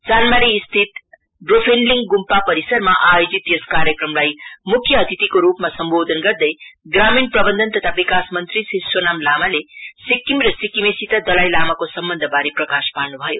चानमारी स्थित ड्रोफेन्लीङ गुम्पा परिसरमा आयोजित यस कार्यक्रमलाई मुख्य अतिथिको रूपमा सम्बोधन गर्दै ग्रामीण प्रबन्धन तथा विकास मंत्री श्री सनाम लामाले सिक्किम र सिक्किमेसित दलाई लामाको सम्बन्धबारे प्रकाश पार्नुबभयो